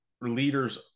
leaders